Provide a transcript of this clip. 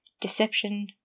deception